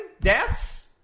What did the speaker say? deaths